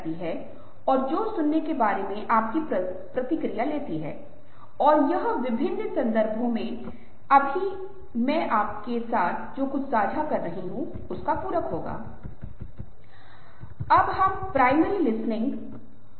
तो पहले एक नोबल कम्युनिकेटर की तरह यह दूसरा जो कि सोक्राटिक कम्युनिकेटर है उसमें कुछ खास खूबियां होने के साथ साथ कमजोरियां भी हैं